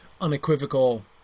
unequivocal